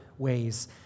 ways